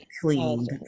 clean